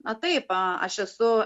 na taip aš esu